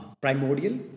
primordial